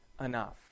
enough